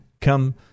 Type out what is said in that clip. come